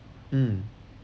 mm